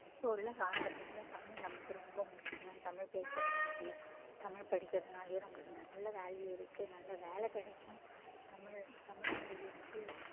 இப்போ உள்ள காலகட்டத்தில் தமிழ் நம்மளுக்கு ரொம்ப முக்கியம் தமிழ் பேசறதுனாலேயும் தமிழ் படிக்கறதுனாலேயும் நம்மளுக்கு நல்ல வேல்யூ இருக்குது நல்ல வேலை கிடைக்கும் தமிழ் தமிழ் மொழி வந்து